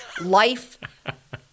Life